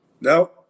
No